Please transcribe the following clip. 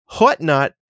whatnot